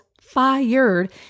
fired